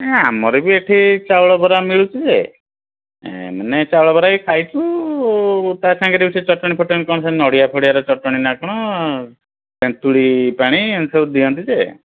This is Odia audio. ଆମର ବି ଏଇଠି ଚାଉଳ ବରା ମିଳୁଛି ଯେ ଏ ମାନେ ଚାଉଳ ବରା ବି ଖାଇଛୁ ତା ସଙ୍ଗରେ ବି ସେ ଚଟଣୀ ଫଟଣି କ'ଣ ସେ ନଡ଼ିଆ ଫଡ଼ିଆର ଚଟଣୀ ନାଁ କ'ଣ ତେନ୍ତୁଳି ପାଣି ଏମିତି ସବୁ ଦିଅନ୍ତି ଯେ